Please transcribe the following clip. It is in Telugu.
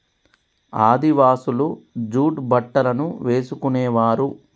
ఆదివాసులు జూట్ బట్టలను వేసుకునేవారు